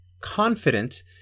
confident